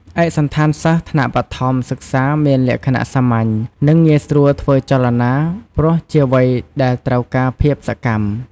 ឯកសណ្ឋានសិស្សថ្នាក់បឋមសិក្សាមានលក្ខណៈសាមញ្ញ និងងាយស្រួលធ្វើចលនា ព្រោះជាវ័យដែលត្រូវការភាពសកម្ម។